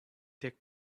tiek